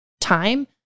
time